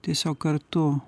tiesiog kartu